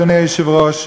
אדוני היושב-ראש,